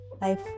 Life